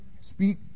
speak